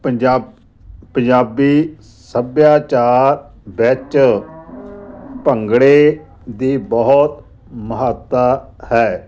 ਪੰਜਾਬ ਪੰਜਾਬੀ ਸੱਭਿਆਚਾਰ ਵਿੱਚ ਭੰਗੜੇ ਦੀ ਬਹੁਤ ਮਹੱਤਤਾ ਹੈ